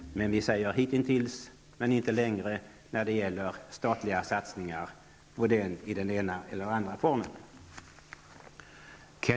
Men vi säger hit men inte längre när det gäller statliga satsningar i den ena eller andra formen.